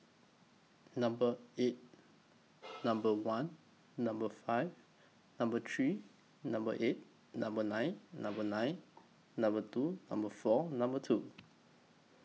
Number eight Number one Number five Number three Number eight Number nine Number nine Number two Number four Number two